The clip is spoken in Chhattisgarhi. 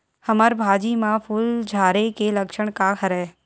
हमर भाजी म फूल झारे के लक्षण का हरय?